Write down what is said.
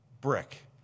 brick